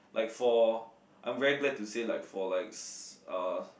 like for I'm very glad to say like for likes uh